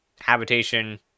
habitation